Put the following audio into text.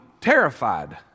terrified